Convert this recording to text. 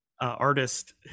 artist